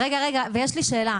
רגע, רגע, ויש לי שאלה.